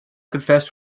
confessed